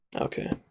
okay